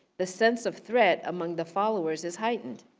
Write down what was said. the sense of threat among the followers is heightened.